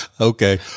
Okay